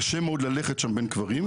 קשה מאוד ללכת שם בין קברים.